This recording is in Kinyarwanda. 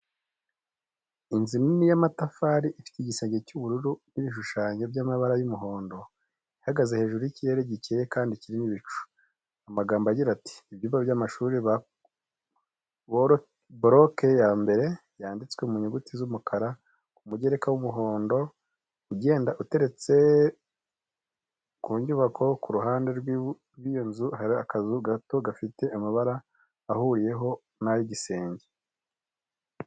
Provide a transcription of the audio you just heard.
Inzu nini y'amatafari ifite igisenge cy'ubururu n'ibishushanyo by'amabara y'umuhondo, ihagaze hejuru y'ikirere gikeye kandi kirimo ibicu. Amagambo agira at:"Ibyumba by'amashuri boroke ya mbere." Yanditswe mu nyuguti z'umukara ku mugereka w'umuhondo ugenda uteretse ku nyubako. Ku ruhande rw'iyo nzu hari akazu gato gafite amabara ahuriyeho n'ay'igisenge.